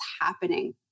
happening